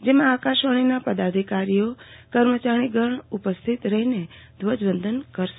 જેમાં આકાશવાણીના પદાધિકારીઓ કર્મચારીગણ ઉપસ્થિત રહીને ધ્વજવંદન કરશે